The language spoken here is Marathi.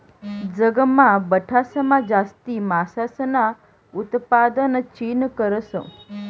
जगमा बठासमा जास्ती मासासनं उतपादन चीन करस